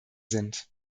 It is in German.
sind